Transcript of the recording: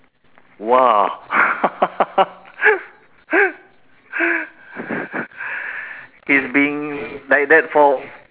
!wah! it's been like that for